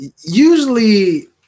Usually